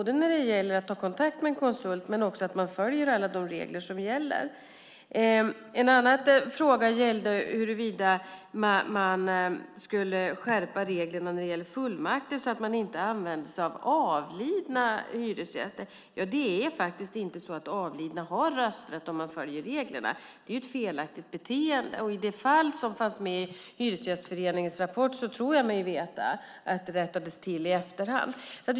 Det handlar om kontakter med konsulter men också om att man följer alla de regler som gäller. En annan fråga gällde huruvida man skulle skärpa reglerna när det gäller fullmakter, så att man inte använder sig av avlidna hyresgäster. Avlidna har faktiskt inte rösträtt, om man följer reglerna. Det är ett felaktigt beteende. När det gäller det fall som fanns med i Hyresgästföreningens rapport tror jag mig veta att det rättades till i efterhand.